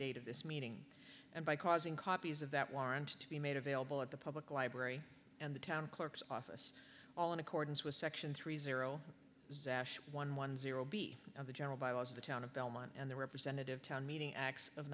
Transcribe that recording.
date of this meeting and by causing copies of that warrant to be made available at the public library and the town clerk's office all in accordance with section three zero one one zero b of the general bylaws of the town of belmont and the representative town meeting acts of